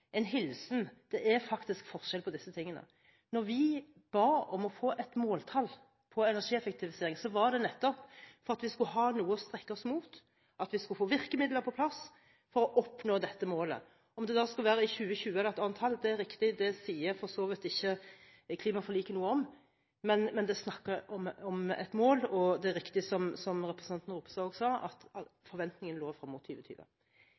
hilsen – det er faktisk forskjell på disse tingene. Da vi ba om å få et måltall på energieffektivisering, var det nettopp for at vi skulle ha noe å strekke oss mot, at vi skulle få virkemidler på plass for å oppnå dette målet. Om det da skulle være i 2020 eller et annet år – det er riktig, det sier for så vidt klimaforliket ikke noe om, men det snakkes om et mål. Det er riktig som representanten Ropstad også sa, at forventingene lå frem mot